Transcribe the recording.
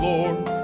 Lord